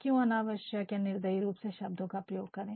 क्यों अनावश्यक या निर्दयी रूप से शब्दों का प्रयोग करे